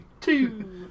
two